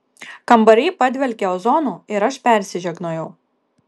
kambary padvelkė ozonu ir aš persižegnojau